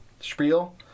spiel